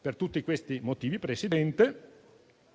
Per tutti questi motivi, argomentati